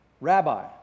Rabbi